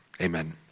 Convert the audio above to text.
Amen